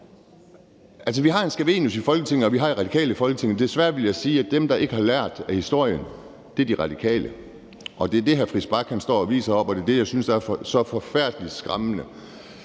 Altså, vi har en Scavenius i Folketinget, og vi har Radikale i Folketinget, og desværre vil jeg sige, at dem, der ikke har lært af historien, er De Radikale. Det er det, hr. Christian Friis Bach står og viser heroppe, og det er det, jeg synes er så forfærdelig skræmmende.